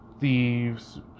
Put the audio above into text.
thieves